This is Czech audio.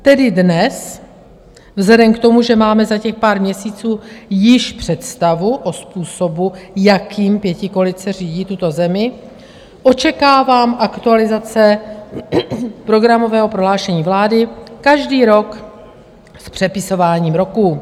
Tedy dnes vzhledem k tomu, že máme za těch pár měsíců již představu o způsobu, jakým pětikoalice řídí tuto zemi, očekávám aktualizace programového prohlášení vlády každý rok s přepisováním roku.